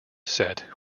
set